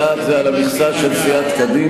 זה על המכסה של, זה על המכסה של סיעת קדימה.